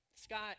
Scott